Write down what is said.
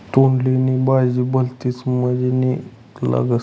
तोंडली नी भाजी भलती मजानी लागस